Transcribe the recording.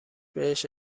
بهش